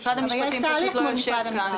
משרד המשפטים פשוט לא שלח לכאן נציג.